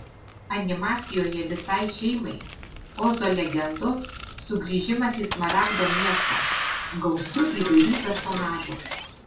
animacijoje visai šeimai ozo legendos sugrįžimas į smaragdo miestą gausu įvairių personažų